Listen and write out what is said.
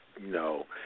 No